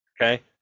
Okay